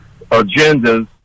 agendas